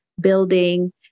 building